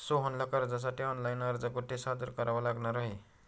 सोहनला कर्जासाठी ऑनलाइन अर्ज कुठे सादर करावा लागणार आहे?